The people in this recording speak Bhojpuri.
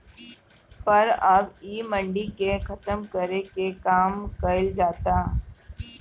पर अब इ मंडी के खतम करे के काम कइल जाता